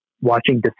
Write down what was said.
watching